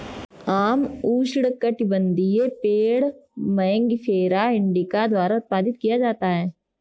आम उष्णकटिबंधीय पेड़ मैंगिफेरा इंडिका द्वारा उत्पादित किया जाता है